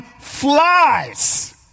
flies